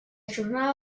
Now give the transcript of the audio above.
jornada